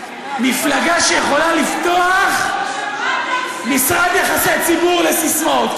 מפלגה שיכולה לפתוח משרד יחסי ציבור לסיסמאות,